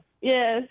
Yes